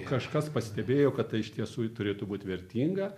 kažkas pastebėjo kad tai iš tiesų turėtų būt vertinga